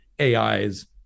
AIs